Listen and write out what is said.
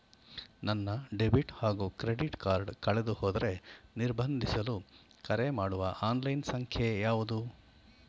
ನನ್ನ ಡೆಬಿಟ್ ಹಾಗೂ credit card ಕಳೆದುಹೋದರೆ ನಿರ್ಬಂಧಿಸಲು ಕರೆಮಾಡುವ ಆನ್ಲೈನ್ ಸಂಖ್ಯೆಯಾವುದು?